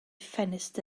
ffenest